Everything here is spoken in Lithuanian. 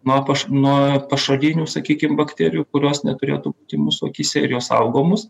nuo nuo pašalinių sakykim bakterijų kurios neturėtų būti mūsų akyse ir jos saugo mus